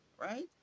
Right